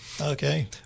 Okay